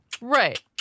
Right